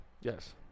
Yes